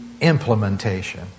implementation